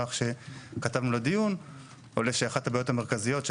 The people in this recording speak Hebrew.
שמהמסמך שכתבו לדיון עולה שאחת הבעיות המרכזיות של